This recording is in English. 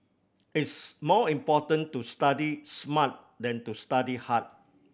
it's more important to study smart than to study hard